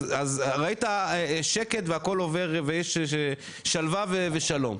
אז ראית שקט והכל עובר ויש שלווה ושלום.